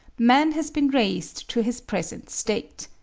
man has been raised to his present state.